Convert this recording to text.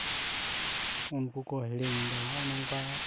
ᱩᱱᱠᱩ ᱠᱚ ᱦᱤᱲᱤᱧᱫᱟ ᱦᱚᱸᱜᱼᱚ ᱱᱚᱝᱠᱟ